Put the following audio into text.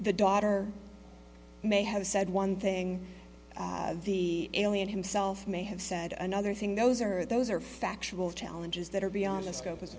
daughter may have said one thing the alien himself may have said another thing those are those are factual challenges that are beyond the scope as